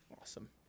Awesome